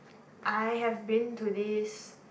I have been to this